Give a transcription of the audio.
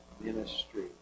ministry